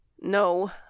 no